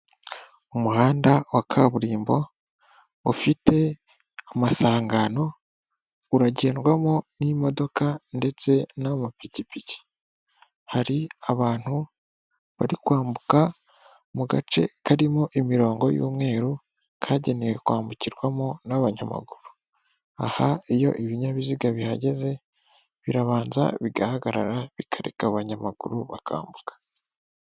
Umuhanda wa kaburimbo ufite amasangano, uragendwamo n'imodoka ndetse n'amapikipiki. Hari abantu bari kwambuka mu gace karimo imirongo y'umweru kagenewe kwambukirwamo n'abanyamaguru. Aha iyo ibinyabiziga bihagaze, birabanza bigahagarara, bikareka abanyamaguru bakambuka.